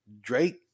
Drake